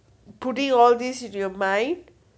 putting all this into your mind